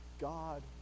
God